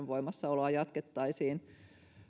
voimassaoloja jatkettaisiin